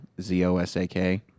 Z-O-S-A-K